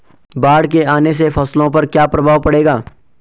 बाढ़ के आने से फसलों पर क्या प्रभाव पड़ेगा?